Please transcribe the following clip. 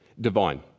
divine